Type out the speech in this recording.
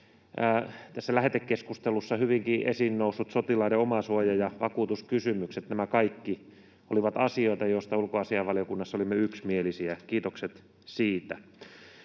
tässä lähetekeskustelussa hyvinkin esiin noussut sotilaiden omasuoja ja vakuutuskysymykset, nämä kaikki, olivat asioita, joista ulkoasiainvaliokunnassa olimme yksimielisiä. Kiitokset siitä.